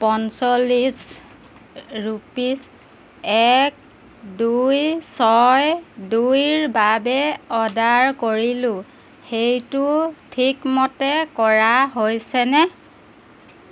পঞ্চল্লিছ ৰুপিছ এক দুই ছয় দুইৰ বাবে অৰ্ডাৰ কৰিলোঁ সেইটো ঠিকমতে কৰা হৈছেনে